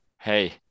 Hey